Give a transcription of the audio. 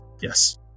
Yes